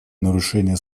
нарушение